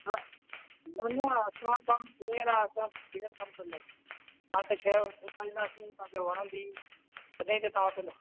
न न न असांजो कम किलियर आहे असां किलियर कमु कंदा आहियूं तव्हां खे शइ ॾेखारींदासीं तव्हां खे वणंदी तॾहिं त तव्हां वठंदा